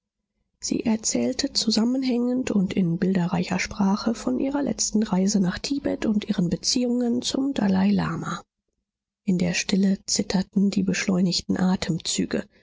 sie erzählte zusammenhängend und in bilderreicher sprache von ihrer letzten reise nach tibet und ihren beziehungen zum dalai lama in der stille zitterten die beschleunigten atemzüge